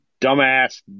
dumbass